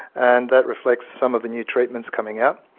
and that reflects some of the new treatments coming out.